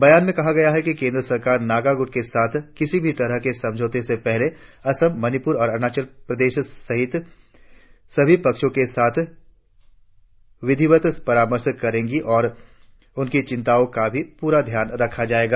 बयान में कहा गया है कि केंद्र सरकार नगा गुटों के साथ किसी भी तरह के समझौते से पहले असम मणिपुर और अरुणाचल प्रदेश समेत सभी पक्षों के साथ विधिवत परामर्श करेगी और उनकी चिंताओं का भी पूरा ध्यान रखा जाएगा